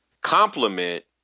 complement